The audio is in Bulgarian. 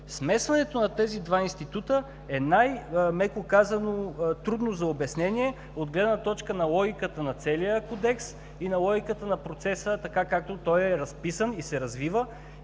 Смесването на тези два института е най-меко казано трудно за обяснение от гледна точка на логиката на целия Кодекс и на логиката на процеса така, както той е разписан и се развива.